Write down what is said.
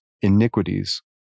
iniquities